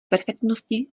perfektnosti